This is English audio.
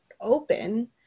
open